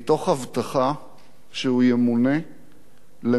שהוא ימונה למשנה לראש השב"כ.